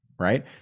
right